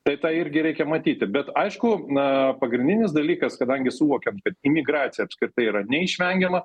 tai tą irgi reikia matyti bet aišku na pagrindinis dalykas kadangi suvokiam kad imigracija apskritai yra neišvengiama